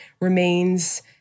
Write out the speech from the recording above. remains